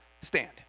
stand